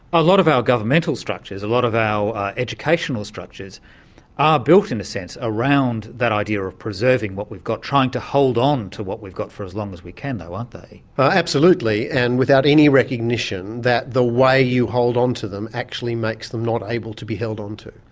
a lot of our governmental structures, a lot of our educational structures are built, in a sense, around that idea of preserving what we've got, trying to hold on to what we've got for as long as we can though, aren't they. absolutely, and without any recognition that the way you hold onto them actually makes them not able to be held onto.